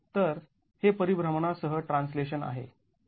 तर हे परिभ्रमणासह ट्रान्सलेशन आहे